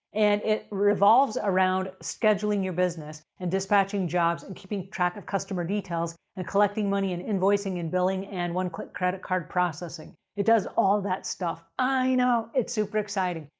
and it revolves around scheduling your business, and dispatching jobs, and keeping track of customer details, and collecting money, and invoicing, and billing, and one-click credit card processing. it does all that stuff. i know. it's super exciting.